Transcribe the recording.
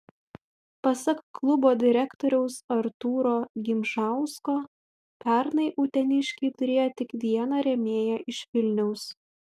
pasak klubo direktoriaus artūro gimžausko pernai uteniškiai turėjo tik vieną rėmėją iš vilniaus